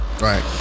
right